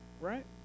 right